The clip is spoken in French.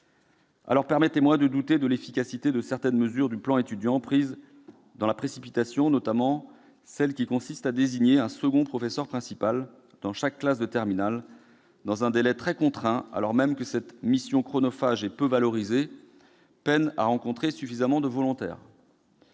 lors, permettez-moi de douter de l'efficacité de certaines mesures du plan Étudiants, prises dans la précipitation, notamment la désignation d'un second professeur principal dans chaque classe de terminale, dans un délai très contraint, alors même que, pour cette mission chronophage et peu valorisée, on peine à trouver suffisamment de volontaires.